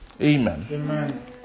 Amen